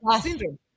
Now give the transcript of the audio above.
syndrome